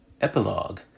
Epilogue